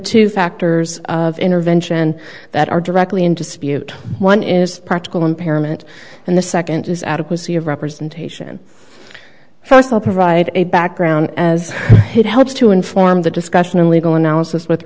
two factors of intervention that are directly into spirit one is practical impairment and the second is adequacy of representation first will provide a background as it helps to inform the discussion of legal analysis with